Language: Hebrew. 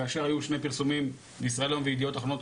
כאשר היו שני פרסומים בישראל היום ובידיעות אחרונות,